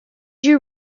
you